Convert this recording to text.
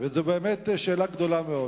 זו באמת שאלה גדולה מאוד.